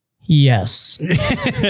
Yes